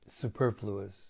superfluous